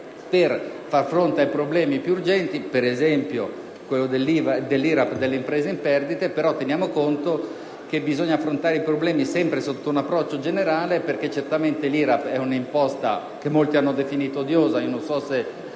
per far fronte ai problemi più urgenti, ad esempio quello dell'IRAP delle imprese in perdita; però dobbiamo tener conto che bisogna sempre affrontare i problemi con un approccio generale, perché certamente l'IRAP è un'imposta che molti hanno definito odiosa (non so se